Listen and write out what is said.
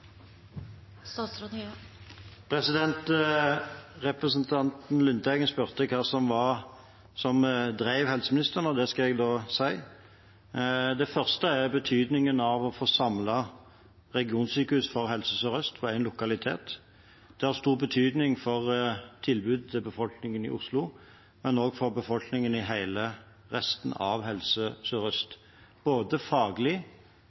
Representanten Lundteigen spurte hva som drev helseministeren, og det skal jeg si. Det første er betydningen av å få samlet regionsykehuset for Helse Sør-Øst på én lokalitet. Det har stor betydning for tilbudet til befolkningen i Oslo, men også for befolkningen i resten av hele Helse Sør-Øst. Det har faglig